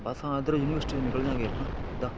ਬਸ ਹਾਂ ਇੱਧਰੋ ਯੂਨੀਵਰਸਿਟੀਓ ਨਿਕਲ ਜਾਂਗੇ ਆਪਾਂ ਸਿੱਧਾ